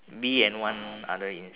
bee and one other in~